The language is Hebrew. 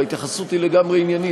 ההתייחסות היא לגמרי עניינית,